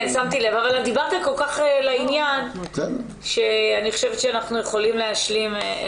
דיברת כל כך לעניין שאנחנו יכולים להשלים.